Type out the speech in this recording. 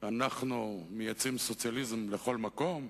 אנחנו מייצאים סוציאליזם לכל מקום,